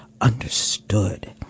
understood